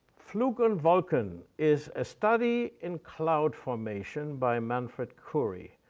flug und wolken is a study in cloud formation by manfred curry,